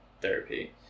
Therapy